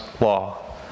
law